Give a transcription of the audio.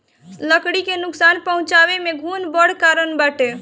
लकड़ी के नुकसान पहुंचावे में घुन बड़ कारण बाटे